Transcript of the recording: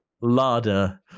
lada